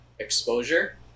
exposure